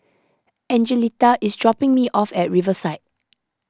Angelita is dropping me off at Riverside